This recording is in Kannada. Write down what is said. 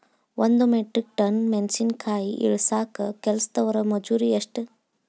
ಒಂದ್ ಮೆಟ್ರಿಕ್ ಟನ್ ಮೆಣಸಿನಕಾಯಿ ಇಳಸಾಕ್ ಕೆಲಸ್ದವರ ಮಜೂರಿ ಎಷ್ಟ?